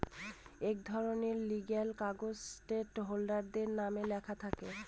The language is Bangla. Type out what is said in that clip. এক ধরনের লিগ্যাল কাগজ স্টক হোল্ডারদের নামে লেখা থাকে